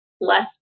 less